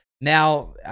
Now